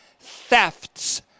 thefts